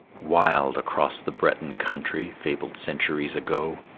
wild across the breton country, fabled centuries ago,